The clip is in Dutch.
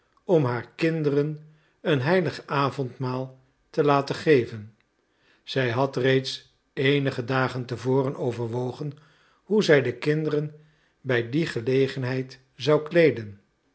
om haar kinderen het heilig avondmaal te laten geven zij had reeds eenige dagen te voren overwogen hoe zij de kinderen bij die gelegenheid zou kleeden